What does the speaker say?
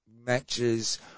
matches